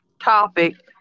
topic